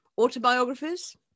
autobiographies